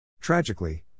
Tragically